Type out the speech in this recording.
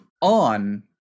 on